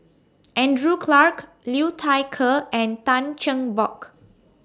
Andrew Clarke Liu Thai Ker and Tan Cheng Bock